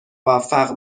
موفق